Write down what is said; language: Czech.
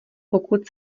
pokud